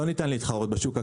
לא ניתן להתחרות בשוק הקרקעי.